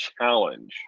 challenge